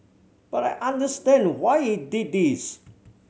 but I understand why he did this